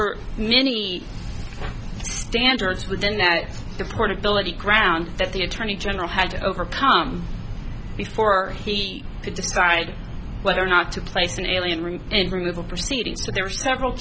were many standards within that the portability crown that the attorney general had to overcome before he could decide whether or not to place an alien roof in removal proceedings so there were several